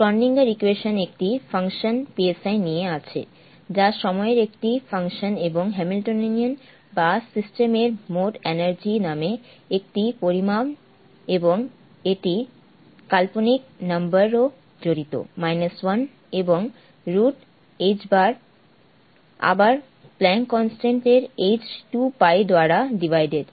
Schrodinger equation একটি function নিয়ে আছে যা সময়ের একটি ফাংশন এবং হ্যামিল্টনিয়ান বা সিস্টেম এর মোট এনার্জি নামে একটি পরিমাণ এবং এটি কাল্পনিক নাম্বার ও জড়িত Minus 1 এবং √ħ আবার প্লান্ক কনস্ট্যান্ট এর h 2 π দ্বারা ডিভাইডেড